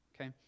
Okay